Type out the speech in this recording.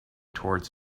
towards